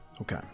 Okay